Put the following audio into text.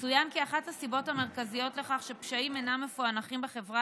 צוין כי אחת הסיבות המרכזיות לכך שפשעים אינם מפוענחים בחברה